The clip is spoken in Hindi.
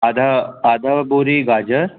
आधा आधी बोरी गाजर